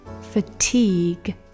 Fatigue